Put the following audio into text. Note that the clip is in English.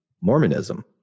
Mormonism